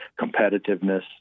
competitiveness